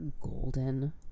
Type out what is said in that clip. golden